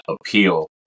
appeal